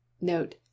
Note